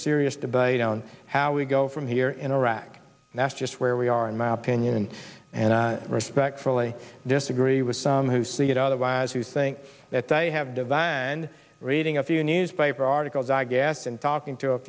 serious debate on how we go from here in iraq and that's just where we are in my opinion and i respectfully disagree with some who see it otherwise who think that they have divide and reading a few newspaper articles i gassed and talking to a